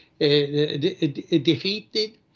defeated